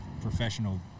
professional